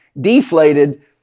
deflated